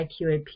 IQAP